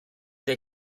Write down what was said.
der